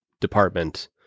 department